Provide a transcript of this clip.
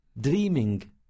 Dreaming